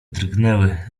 drgnęły